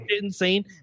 insane